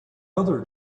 other